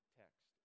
text